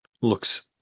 looks